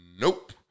Nope